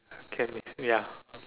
can be ya